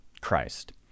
Christ